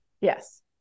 Yes